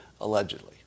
allegedly